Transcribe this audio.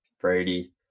Brady